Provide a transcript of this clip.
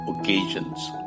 occasions